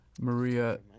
maria